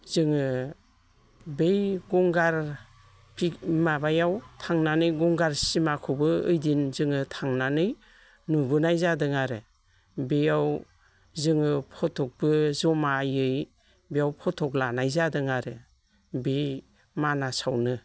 जोङो बे गंगार माबायाव थांनानै गंगार सिमाखौबो ओइदिन जोङो थांनानै नुबोनाय जादों आरो बेयाव जोङो फट'बो जमायै बेयाव फट' लानाय जादों आरो बे मानासावनो